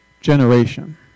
generation